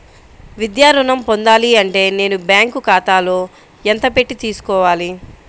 విద్యా ఋణం పొందాలి అంటే నేను బ్యాంకు ఖాతాలో ఎంత పెట్టి తీసుకోవాలి?